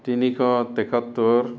তিনিশ তেসত্তৰ